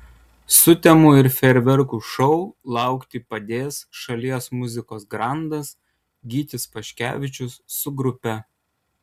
sutemų ir fejerverkų šou laukti padės šalies muzikos grandas gytis paškevičius su grupe